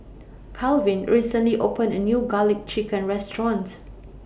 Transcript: Kalvin recently opened A New Garlic Chicken Restaurant